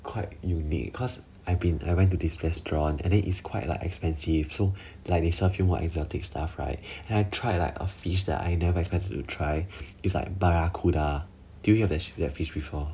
quite unique cause I've been I went to this restaurant and then is quite like expensive so like they serve you more exotic stuff right then I tried like a fish that I never expected to try is like barracuda do you hear of that fish before